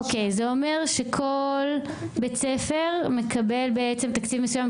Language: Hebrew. זה אומר שכל בית ספר מקבל תקציב מסוים,